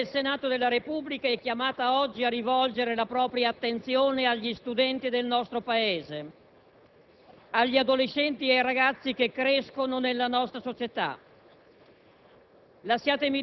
l'Assemblea del Senato della Repubblica è chiamata oggi a rivolgere la propria attenzione agli studenti del nostro Paese, agli adolescenti e ai ragazzi che crescono nella nostra società,